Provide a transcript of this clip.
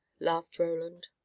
laughed roland.